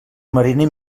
mariner